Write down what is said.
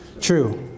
true